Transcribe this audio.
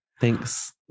Thanks